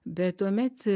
bet tuomet